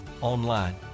online